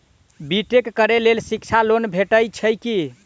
B tech करै लेल शिक्षा लोन भेटय छै की?